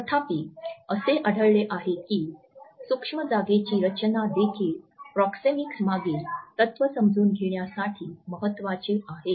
तथापि असे आढळले आहे की सूक्ष्म जागेची रचना देखील प्रॉक्सिमिक्स मागील तत्व समजून घेण्यासाठी महत्वाचे आहे